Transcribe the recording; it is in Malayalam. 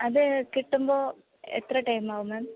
അത് കിട്ടുമ്പോൾ എത്ര ടൈമാവും മാം